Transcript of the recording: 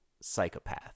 psychopath